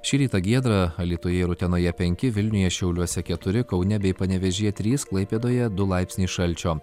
šį rytą giedra alytuje ir utenoje penki vilniuje šiauliuose keturi kaune bei panevėžyje trys klaipėdoje du laipsniai šalčio